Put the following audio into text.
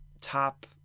top